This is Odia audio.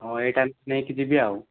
ହଉ ଏଇଟା ନେଇକି ଯିବି ଆଉ